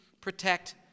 protect